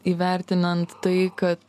įvertinant tai kad